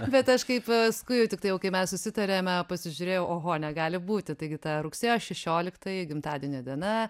bet aš kaip paskui jau tiktai jau kai mes susitarėme pasižiūrėjau oho negali būti taigi tą rugsėjo šešioliktoji gimtadienio diena